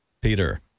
Peter